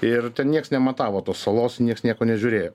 ir ten nieks nematavo tos salos nieks nieko nežiūrėjo